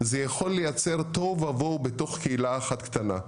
זה יכול לייצר תוהו ובוהו בתוך קהילה אחת קטנה.